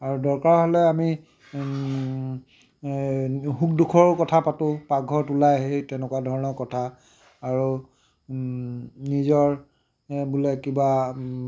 আৰু দৰকাৰ হ'লে আমি এই সুখ দুখৰ কথা পাতোঁ পাকঘৰত ওলাই আহি তেনেকুৱা ধৰণৰ কথা আৰু নিজৰ এই বোলে কিবা